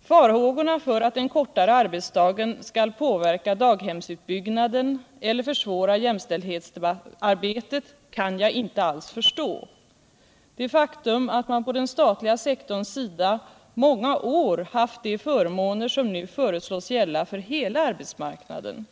Farhågorna för att den kortare arbetsdagen skall påverka daghemsutbyggnaden eller försvåra jämställdhetsarbetet kan jag inte alls förstå. Det faktum alt man på den statliga sektorn i många år haft de förmåner som nu föreslås gälla för hela arbetsmarknaden,